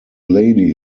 lady